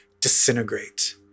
disintegrate